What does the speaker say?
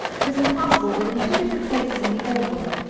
it is impossible that in two different places in the old world,